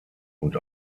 und